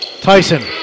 Tyson